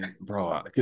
Bro